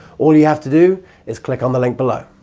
all you have to do is click on the link below.